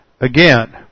again